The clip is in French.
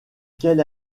quelle